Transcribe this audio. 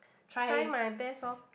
try my best lor